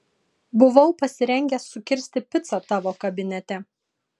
buvau pasirengęs sukirsti picą tavo kabinete